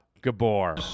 Gabor